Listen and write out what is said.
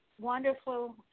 wonderful